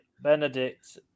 Benedict